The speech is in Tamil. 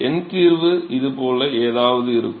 எண் தீர்வு இது போல ஏதாவது இருக்கும்